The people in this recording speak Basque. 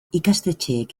ikastetxeek